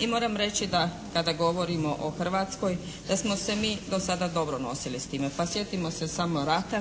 I moram reći da kada govorimo o Hrvatskoj da smo se mi do sada dobro nosili s time, pa sjetimo se samo rata,